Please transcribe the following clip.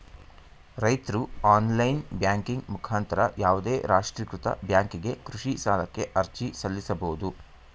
ರೈತ್ರು online banking ಮುಖಾಂತರ ಯಾವುದೇ ರಾಷ್ಟ್ರೀಕೃತ ಬ್ಯಾಂಕಿಗೆ ಕೃಷಿ ಸಾಲಕ್ಕೆ ಅರ್ಜಿ ಸಲ್ಲಿಸಬೋದು